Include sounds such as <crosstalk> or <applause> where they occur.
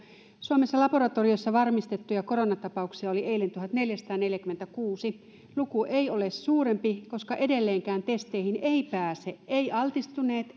suomessa laboratoriossa varmistettuja koronatapauksia oli eilen tuhatneljäsataaneljäkymmentäkuusi luku ei ole suurempi koska edelleenkään testeihin eivät pääse altistuneet <unintelligible>